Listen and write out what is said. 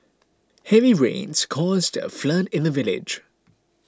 heavy rains caused a flood in the village